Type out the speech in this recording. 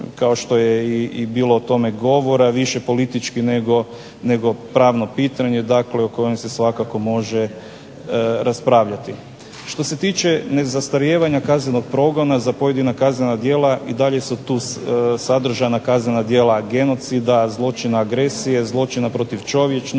kao što je i bilo o tome govora više politički nego pravno pitanje, dakle o kojem se svakako može raspravljati. Što se tiče nezastarijevanja kaznenog progona za pojedina kaznena djela i dalje su tu sadržana kaznena djela genocida, zločina agresije, zločina protiv čovječnosti, ratnog